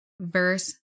verse